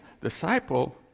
disciple